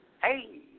Hey